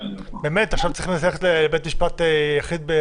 עכשיו, צריך ללכת לבית המשפט היחיד?